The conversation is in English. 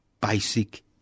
basic